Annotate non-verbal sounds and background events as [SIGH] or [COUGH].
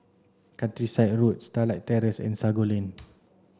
Countryside Road Starlight Terrace and Sago Lane [NOISE]